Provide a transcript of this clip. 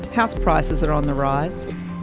house prices are on the rise.